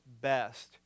best